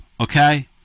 okay